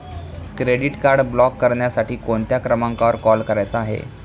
Credit card block करण्यासाठी कोणत्या क्रमांकावर कॉल करायचा आहे?